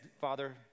father